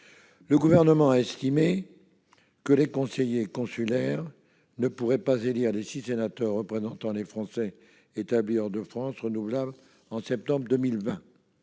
Le Gouvernement a estimé que les conseillers consulaires ne pourraient pas élire les six sénateurs représentant les Français établis hors de France renouvelables en septembre 2020.